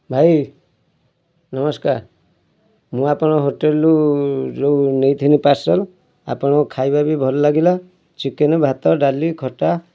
ଭାଇ ନମସ୍କାର ମୁଁ ଆପଣଙ୍କ ହୋଟେଲ୍ରୁ ଯେଉଁ ନେଇଥିନି ପାର୍ସଲ୍ ଆପଣ ଖାଇବା ବି ଭଲ ଲାଗିଲା ଚିକେନ୍ ଭାତ ଡାଲି ଖଟା